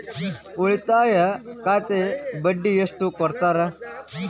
ಉಳಿತಾಯ ಖಾತೆಗೆ ಬಡ್ಡಿ ಎಷ್ಟು ಕೊಡ್ತಾರ?